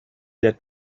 der